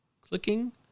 clicking